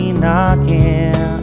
knocking